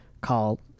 called